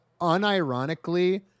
unironically